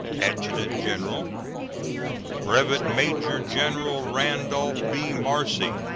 adjutant-general brevet major-general randolph b. marcy,